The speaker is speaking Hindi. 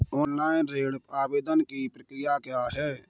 ऑनलाइन ऋण आवेदन की प्रक्रिया क्या है?